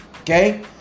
okay